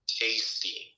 tasty